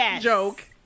joke